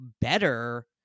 better